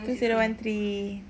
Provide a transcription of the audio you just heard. two zero one three